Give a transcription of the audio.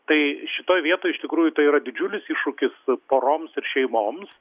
tai šitoj vietoj iš tikrųjų tai yra didžiulis iššūkis poroms ir šeimoms